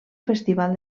festival